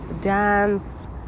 danced